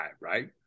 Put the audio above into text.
right